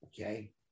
Okay